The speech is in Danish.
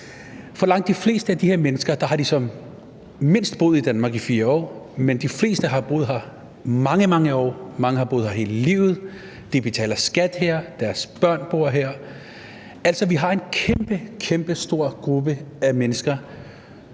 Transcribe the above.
For langt de fleste af de her menneskers vedkommende har de boet i Danmark i mindst 4 år, men de fleste har boet her i mange, mange år. Mange har boet her hele livet, de betaler skat her, deres børn bor her. Altså, vi har en kæmpe, kæmpe stor gruppe af mennesker,